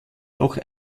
noch